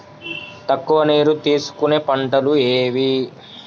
తక్కువ నీరు తీసుకునే పంటలు ఏవి?